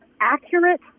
accurate